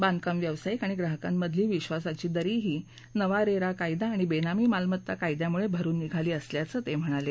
बांधकाम व्यावसायिक आणि ग्राहकामधली विक्वासाची दरीही नवा रेरा कायदा आणि बेनामी मालमत्ता कायद्यामुळे भरुन निघाली असल्याचं ते म्हणाले